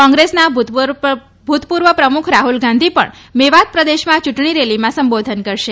કોંગ્રેસના ભૂતપૂર્વ પ્રમુખ રાફ્લ ગાંધી પણ મેવાત પ્રદેશમાં યૂંટણી રેલીમાં સંબોધન કરશે